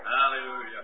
Hallelujah